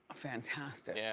fantastic. yeah